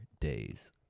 days